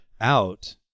out